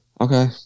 Okay